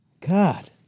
God